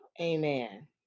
Amen